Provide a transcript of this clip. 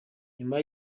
nyuma